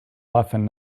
often